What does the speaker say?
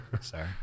Sorry